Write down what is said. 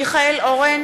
(קוראת בשמות חברי הכנסת) מיכאל אורן,